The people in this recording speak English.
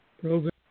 program